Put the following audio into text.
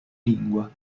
lingua